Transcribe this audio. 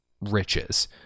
riches